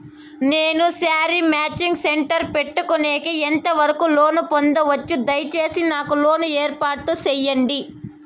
నేను sari matching centre పెట్టుకునేకి ఎంత వరకు లోను పొందొచ్చు? దయసేసి నాకు లోను ఏర్పాటు సేయండి?